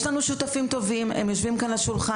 יש לנו שותפים טובים, הם יושבים כאן על השולחן.